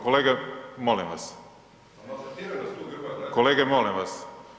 Kolege, molim vas. ... [[Upadica se ne čuje.]] Kolege, molim vas.